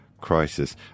crisis